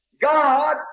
God